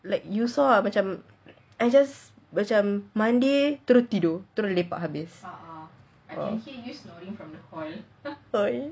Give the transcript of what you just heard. like you saw ah macam I just macam mandi terus tidur terus lepak habis !oi!